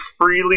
freely